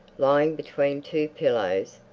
lying between two pillows,